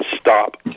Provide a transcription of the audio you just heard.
stop